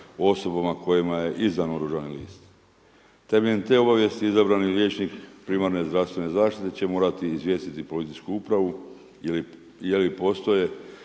osobama kojima je izdan oružani list. Temeljem te obavijesti izabrani liječnik primarne zdravstvene zaštite će morati izvijestiti policijsku upravu ili postaju